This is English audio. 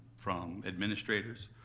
from administrators,